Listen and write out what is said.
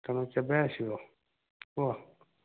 ତମେ କେବେ ଆସିବ କୁହ